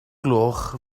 gloch